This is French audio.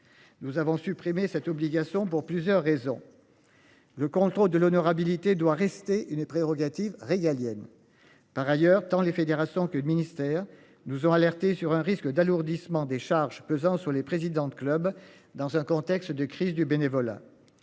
Nous avons supprimé cette obligation pour plusieurs raisons. Le contrôle de l'honorabilité doit rester une et prérogatives régaliennes. Par ailleurs, tant les fédérations que le ministère nous ont alerté sur un risque d'alourdissement des charges pesant sur les présidents de clubs dans un contexte de crise du bénévolat.